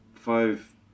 Five